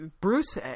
Bruce